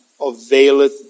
availeth